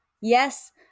Yes